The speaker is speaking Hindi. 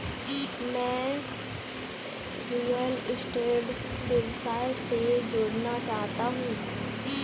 मैं रियल स्टेट व्यवसाय से जुड़ना चाहता हूँ